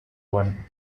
one